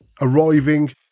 arriving